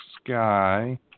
Sky